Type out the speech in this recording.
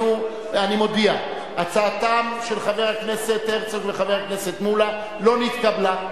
אני מודיע שהצעתם של חבר הכנסת הרצוג וחבר הכנסת מולה לא נתקבלה.